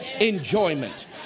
enjoyment